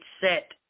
set